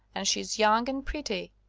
and she's young and pretty.